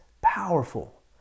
powerful